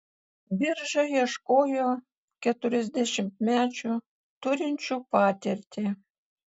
birža ieškojo keturiasdešimtmečių turinčių patirtį